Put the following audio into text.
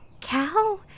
Cow